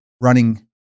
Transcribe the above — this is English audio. running